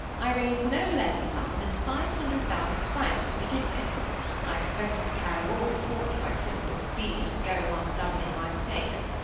i raised no less a sum than five hundred thousand francs to begin with i expected to carry all before me by the simple expedient of going on doubling my stakes.